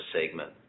segment